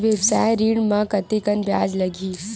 व्यवसाय ऋण म कतेकन ब्याज लगही?